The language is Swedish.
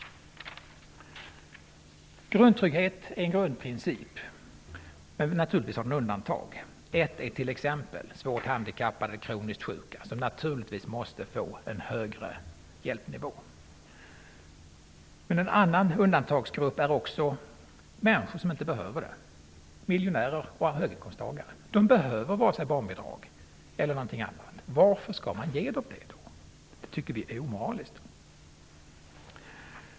Grundtrygghet är en grundprincip, men naturligtvis har den undantag. Ett är t.ex. svårt handikappade och kroniskt sjuka, som naturligtvis måste få en högre hjälpnivå. En annan undantagsgrupp är miljonärer och höginkomsttagare, människor som inte behöver vare sig barnbidrag eller andra bidrag. Varför skall man ge dem det då? Det tycker vi är omoraliskt.